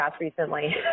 recently